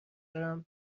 دارم